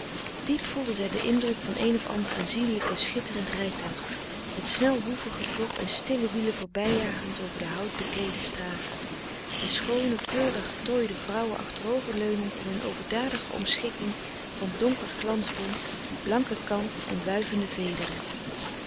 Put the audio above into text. diep voelde zij den indruk van een of ander aanzienlijk en schitterend rijtuig met snel hoevengeklop en stille wielen voorbij jagend over de hout bekleede straten de schoone kleurig getooide vrouwen achterover leunend in een overdadige omschikking van donker glansbont blanke kant en wuivende